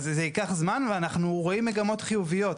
אז זה ייקח זמן ואנחנו רואים מגמות חיוביות.